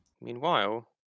Meanwhile